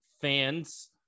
fans